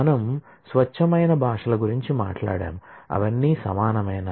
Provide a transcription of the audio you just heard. మనం స్వచ్ఛమైన భాషల గురించి మాట్లాడాము అవన్నీ సమానమేనా